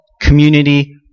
community